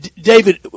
David